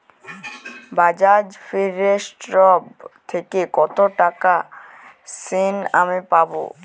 Bajaj Finserv থেকে কতো টাকা ঋণ আমি পাবো?